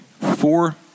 Four